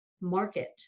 market